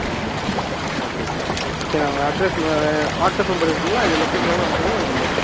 ஆ sir okay sir sir நான் உங்கள் address WhatsApp number இருக்குங்களா இது லொக்கேஷன் வேணா அனுப்பிச்சுடுங்க நாங்கள் வந்துடுறோம்